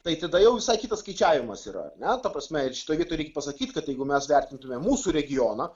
tai tada jau visai kitas skaičiavimas yra ar ne ta prasme ir šitoj vietoj reik pasakyt kad jeigu mes vertintumėm mūsų regioną